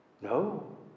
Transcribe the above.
No